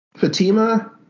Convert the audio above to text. Fatima